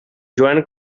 joan